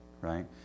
right